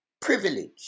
privilege